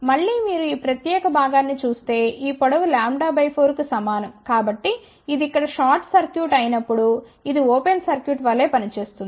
మళ్ళీ మీరు ఈ ప్రత్యేక భాగాన్ని చూస్తే ఈ పొడవు λ 4 కు సమానం కాబట్టి ఇది ఇక్కడ షార్ట్ సర్క్యూట్ అయినప్పుడు ఇది ఓపెన్ సర్క్యూట్ వలె పనిచేస్తుంది